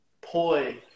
poi